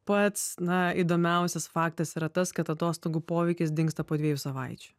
pats na įdomiausias faktas yra tas kad atostogų poveikis dingsta po dviejų savaičių